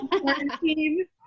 quarantine